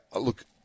Look